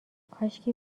کاشکی